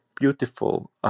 beautiful